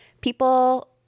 people